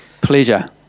Pleasure